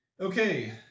Okay